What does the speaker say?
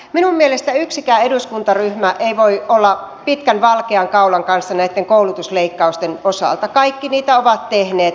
minun mielestäni yksikään eduskuntaryhmä ei voi olla pitkän valkean kaulan kanssa näitten koulutusleikkausten osalta kaikki niitä ovat tehneet